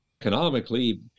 Economically